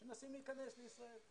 שמנסים להיכנס לישראל.